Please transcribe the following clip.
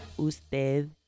Usted